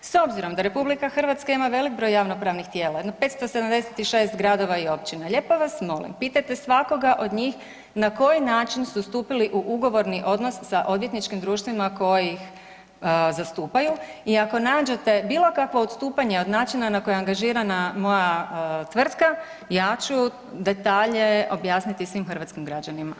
S obzirom da RH ima velik broj javnopravnih tijela, jedno 576 gradova i općina, lijepo vas molim, pitajte svakoga od njih na koji način su stupili u ugovorni odnos sa odvjetničkim društvima koji ih zastupaju i ako nađete bilo kakvo odstupanje od načina na koji je angažirana moja tvrtka, ja ću detalje objasniti svim hrvatskim građanima.